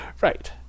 Right